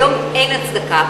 היום אין הצדקה.